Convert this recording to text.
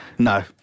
No